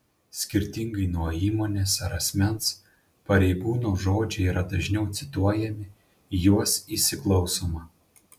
skirtingai nuo įmonės ar asmens pareigūno žodžiai yra dažniau cituojami į juos įsiklausoma